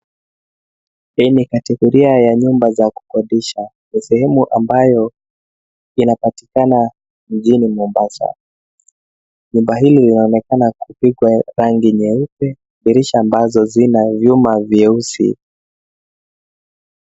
Hii ni kategoria ya nyumba za kukodisha. Ni sehemu ambayo inapatikana mjini Mombasa. Nyumba hili linaonekana kupigwa rangi nyeupe, dirisha ambazo zina vyuma vyeusi.